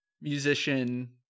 musician